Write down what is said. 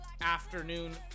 afternoon